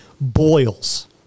boils